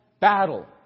battle